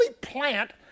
plant